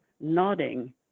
nodding